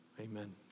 Amen